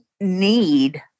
need